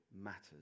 matters